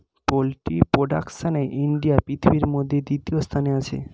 poultry প্রোডাকশনে India পৃথিবীর মধ্যে তৃতীয় স্থানে আছে